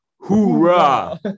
Hoorah